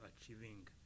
achieving